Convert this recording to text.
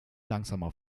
langsamer